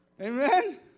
Amen